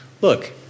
look